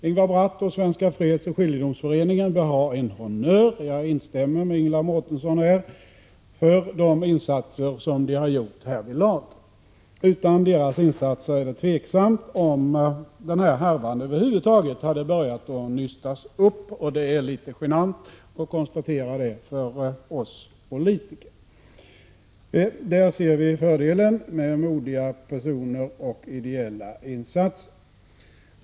Ingvar Bratt och Svenska fredsoch skiljedomsföreningen bör ha en honnör för sina insatser härvidlag — jag instämmer här med Ingela Mårtensson. Utan deras insatser är det tveksamt om denna härva över huvud taget hade kunnat börja nystas upp. För oss politiker är det litet genant att konstatera det. Där ser vi fördelen med modiga personer och ideella insatser.